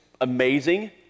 amazing